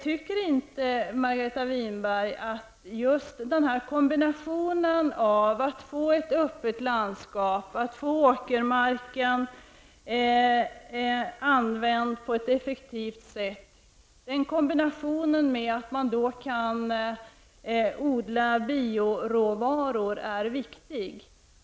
Tycker inte Margareta Winberg att just denna kombination av att få ett öppet landskap, att få åkermarken använd på ett effektivt sätt och att odla bioråvaror är viktig?